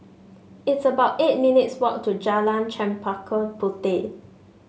it's about eight minutes' walk to Jalan Chempaka Puteh